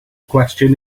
question